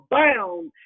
bound